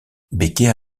becker